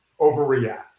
overreact